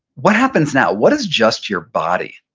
what happens now? what is just your body?